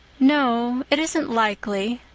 no, it isn't likely.